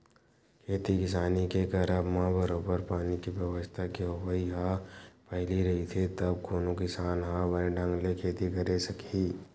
खेती किसानी के करब म बरोबर पानी के बेवस्था के होवई ह पहिली रहिथे तब कोनो किसान ह बने ढंग ले खेती करे सकही